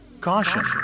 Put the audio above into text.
Caution